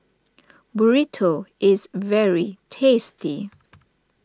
Burrito is very tasty